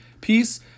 peace